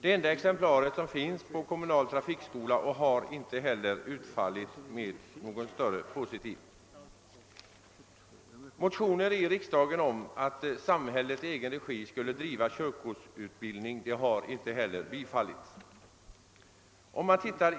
Erfarenheterna av den enda kommunala trafikskola som finns har inte varit positiva. let i egen regi skulle bedriva körkortsutbildning har icke bifallits.